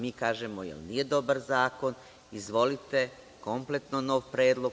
Mi kažemo, jel nije dobar zakon, izvolite kompletno nov predlog.